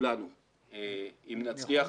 לכולנו אם נצליח